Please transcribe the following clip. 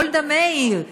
גולדה מאיר,